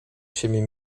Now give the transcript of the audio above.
siebie